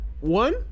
One